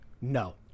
No